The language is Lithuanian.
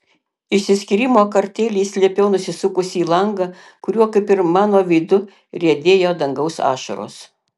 išsiskyrimo kartėlį slėpiau nusisukusi į langą kuriuo kaip ir mano veidu riedėjo dangaus ašaros